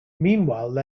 meanwhile